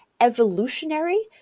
evolutionary